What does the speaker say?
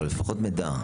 או לפחות מידע,